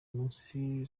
munsi